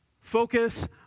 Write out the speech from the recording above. Focus